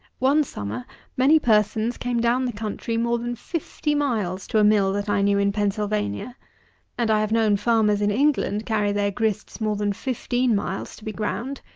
one summer many persons came down the country more than fifty miles to a mill that i knew in pennsylvania and i have known farmers in england carry their grists more than fifteen miles to be ground.